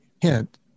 hint